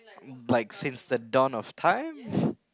like since the dawn of time